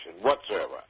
whatsoever